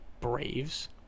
Braves